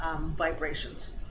vibrations